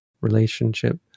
relationship